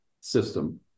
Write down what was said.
system